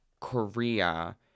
Korea